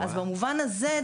אז במובן הזה,